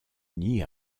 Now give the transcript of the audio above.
uni